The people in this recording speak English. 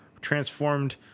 transformed